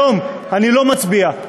היום אני לא מצביע.